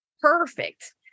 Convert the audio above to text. perfect